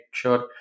sure